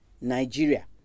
Nigeria